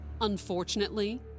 Unfortunately